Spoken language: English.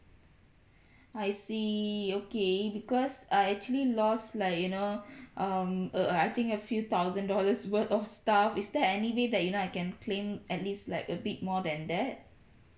I see okay because I actually lost like you know um uh I think a few thousand dollars worth of stuff is there any way that you know I can claim at least like a bit more than that